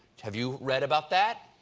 have you read about that?